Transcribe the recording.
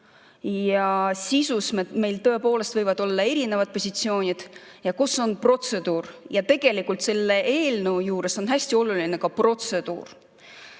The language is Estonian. võivad meil tõepoolest olla erinevad positsioonid – ja kus on protseduur. Tegelikult on selle eelnõu juures hästi oluline ka protseduur.